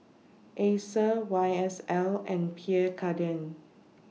Acer Y S L and Pierre Cardin